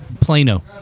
Plano